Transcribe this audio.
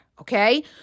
okay